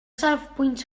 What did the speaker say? safbwynt